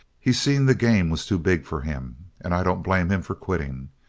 he seen the game was too big for him. and i don't blame him for quitting.